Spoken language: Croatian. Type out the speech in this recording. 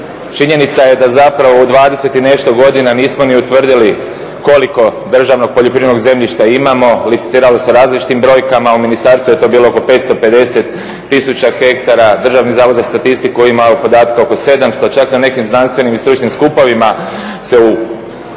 Činjenica je da zapravo u 20 i nešto godina nismo ni utvrdili koliko državnog poljoprivrednog zemljišta imamo, licitiralo se različitim brojkama. U ministarstvu je to bilo oko 550 tisuća hektara. Državni zavod za statistiku je imao podatke oko 700, čak na nekim znanstvenim i stručnim skupovima se o istoj